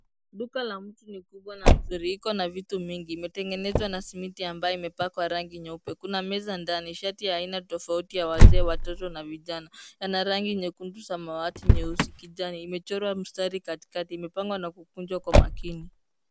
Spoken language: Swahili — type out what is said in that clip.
Duka la mtu ni kubwa na nzuri, ikona vitu mingi. Imetengenezwa na simiti ambayo imepakwa rangi nyeupe. Kuna meza ndani, shati ya aina tofauti ya wazee, watoto na vijana, ana rangi nyekundu, samawati, nyeusi, kijani, imechorwa mstari katikati. Imepangwa na kukunjwa kwa makini.